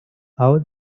how